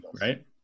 right